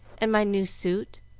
and my new suit.